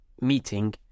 meeting